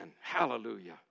Hallelujah